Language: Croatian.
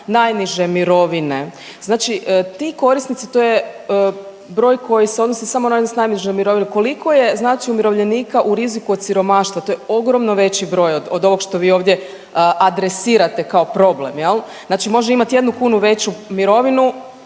najniže mirovine. Znači ti korisnici, to je broj koji se odnosi samo na one najniže mirovine. Koliko je znači umirovljenika u riziku od siromaštva? To je ogromno veći broj od ovog što vi ovdje adresirate kao problem. Jel'? Znači može imati jednu kunu veću mirovinu